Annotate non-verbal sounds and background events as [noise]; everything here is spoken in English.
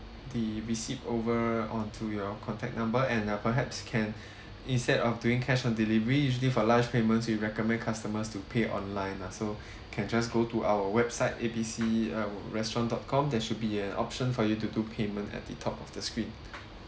the receipt over onto your contact number and uh perhaps can [breath] instead of doing cash on delivery usually for large payments we recommend customers to pay online lah so [breath] can just go to our website A B C uh restaurant dot com there should be a option for you to do payment at the top of the screen